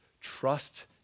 Trust